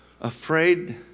Afraid